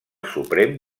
suprem